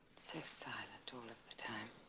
so silent all of the time